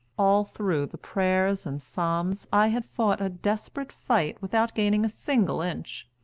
all through the prayers and psalms i had fought a desperate fight without gaining a single inch.